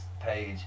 page